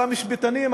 על המשפטנים,